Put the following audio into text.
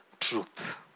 Truth